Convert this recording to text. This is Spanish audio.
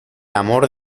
amor